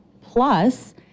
plus